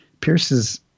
Pierce's